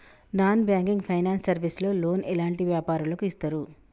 Non banking finance service లో loan ఎలాంటి వ్యాపారులకు ఇస్తరు?